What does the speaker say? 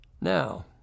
Now